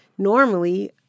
Normally